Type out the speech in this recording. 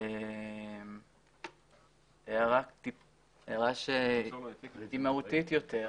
הערה מהותית יותר.